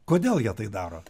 kodėl jie tai daro